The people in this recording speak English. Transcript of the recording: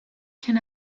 can